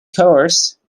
course